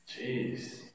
Jeez